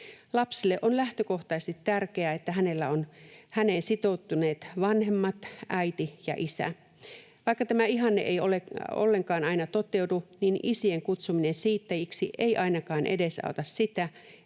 Lapselle on lähtökohtaisesti tärkeää, että hänellä on häneen sitoutuneet vanhemmat, äiti ja isä. Vaikka tämä ihanne ei ollenkaan aina toteudu, niin isien kutsuminen siittäjiksi ei ainakaan edesauta sitä,